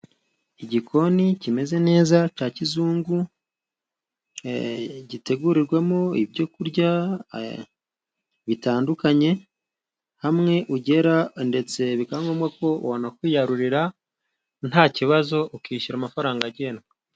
Igikoni kimeze neza cya kizungu, gitegurirwamo ibyo kurya bitandukanye, hamwe ugera ndetse bikaba ngombwa ko wanakwiyarurira nta kibazo, ukishyura amafaranga agenwe.